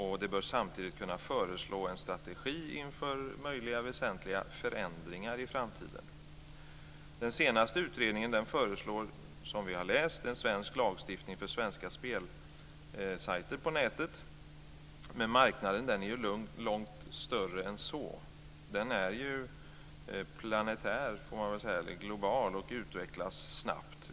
Det bör samtidigt kunna föreslås en strategi inför möjliga väsentliga förändringar i framtiden. Den senaste utredningen föreslår, som vi har läst, en svensk lagstiftning för svenska spelsajter på nätet, men marknaden är långt större än så. Den är ju planetär, global, och utvecklas snabbt.